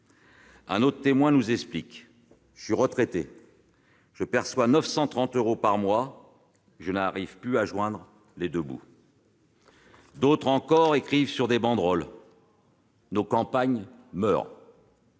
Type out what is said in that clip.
Un autre témoin nous explique :« Je suis retraité, je perçois 930 euros par mois, je n'arrive plus à joindre les deux bouts. » D'autres encore écrivent sur des banderoles :« Nos campagnes meurent »,